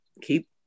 keep